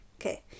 Okay